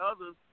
others